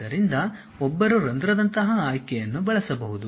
ಆದ್ದರಿಂದ ಒಬ್ಬರು ರಂಧ್ರದಂತಹ ಆಯ್ಕೆಯನ್ನು ಬಳಸಬಹುದು